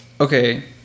okay